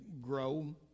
grow